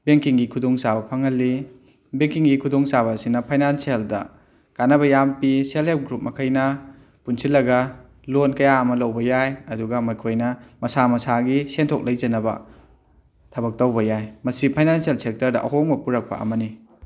ꯕꯦꯡꯀꯤꯛꯒꯤ ꯈꯨꯗꯣꯡ ꯆꯥꯕ ꯐꯪꯍꯜꯂꯤ ꯕꯦꯡꯀꯤꯡꯒꯤ ꯈꯨꯗꯣꯡ ꯆꯥꯕ ꯑꯁꯤꯅ ꯐꯥꯏꯅꯥꯟꯁꯦꯜꯗ ꯀꯥꯟꯅꯕ ꯌꯥꯝ ꯄꯤ ꯁꯦꯜ ꯍꯦꯄ ꯒ꯭ꯔꯨꯞ ꯃꯈꯩꯅ ꯄꯨꯟꯁꯤꯜꯂꯒ ꯂꯣꯟ ꯀꯌꯥ ꯑꯃ ꯂꯧꯕ ꯌꯥꯏ ꯑꯗꯨꯒ ꯃꯈꯣꯏꯅ ꯃꯁꯥ ꯃꯁꯥꯒꯤ ꯁꯦꯟꯊꯣꯛ ꯂꯩꯖꯅꯕ ꯊꯕꯛ ꯇꯧꯕ ꯌꯥꯏ ꯃꯁꯤ ꯐꯥꯏꯅꯥꯟꯁꯦꯜ ꯁꯦꯛꯇꯔꯗ ꯑꯍꯣꯡꯕ ꯄꯨꯔꯛꯄ ꯑꯃꯅꯤ